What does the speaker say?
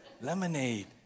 Lemonade